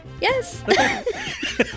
Yes